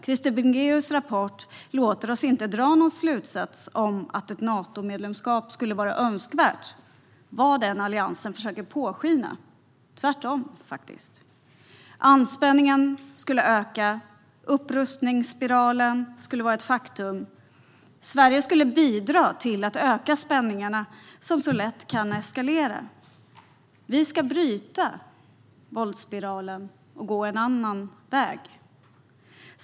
Krister Bringéus rapport låter oss inte dra någon slutsats om att ett Natomedlemskap skulle vara önskvärt vad än Alliansen försöker påskina, tvärtom. Anspänningen skulle öka. Upprustningsspiralen skulle vara ett faktum. Sverige skulle bidra till att öka spänningarna som så lätt kan eskalera. Vi ska bryta våldspiralen och gå en annan väg.